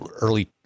early